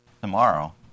Tomorrow